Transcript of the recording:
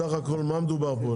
סך הכול על מה מדובר פה?